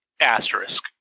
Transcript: Asterisk